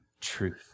truth